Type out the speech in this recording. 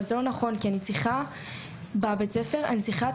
אבל זה לא נכון כי אני צריכה בבית ספר את המורים